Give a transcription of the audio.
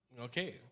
Okay